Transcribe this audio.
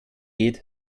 geht